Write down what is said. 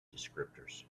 descriptors